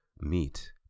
meet